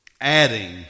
Adding